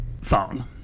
phone